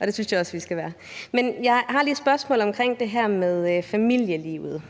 Og det synes jeg også vi skal være. Men jeg har lige et spørgsmål omkring det her med familielivet